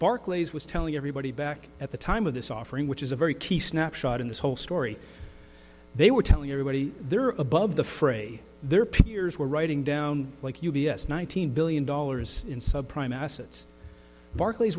barclays was telling everybody back at the time of this offering which is a very key snapshot in this whole story they were telling everybody they're above the fray their peers were writing down like u b s nineteen billion dollars in sub prime assets barclay